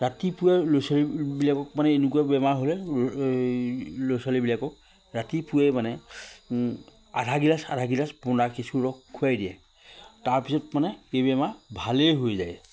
ৰাতিপুৱাই ল'ৰা ছোৱালীবিলাকক মানে এনেকুৱা বেমাৰ হ'লে এই ল'ৰা ছোৱালীবিলাকক ৰাতিপুৱাই মানে ও আধা গিলাচ আধা গিলাচ বোন্দা কেঁচুৰ ৰস খুৱাই দিয়ে তাৰপিছত মানে এই বেমাৰ ভালেই হৈ যায়